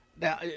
Now